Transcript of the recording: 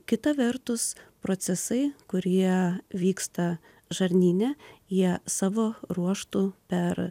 kita vertus procesai kurie vyksta žarnyne jie savo ruožtu per